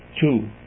Two